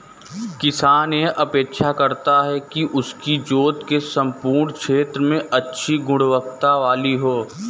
किसान यह अपेक्षा करता है कि उसकी जोत के सम्पूर्ण क्षेत्र में अच्छी गुणवत्ता वाली हो